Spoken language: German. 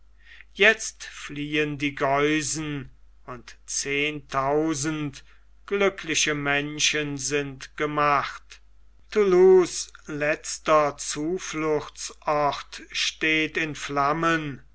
jetzt fliehen die geusen und zehntausend glückliche menschen sind gemacht thoulouses letzter zufluchtsort steht in flammen